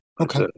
Okay